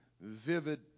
vivid